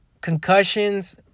Concussions